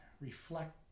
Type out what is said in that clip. reflect